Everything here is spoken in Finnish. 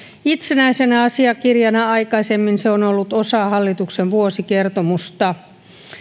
itsenäisenä asiakirjana aikaisemmin se on ollut osa hallituksen vuosikertomusta